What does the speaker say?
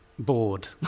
Bored